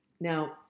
Now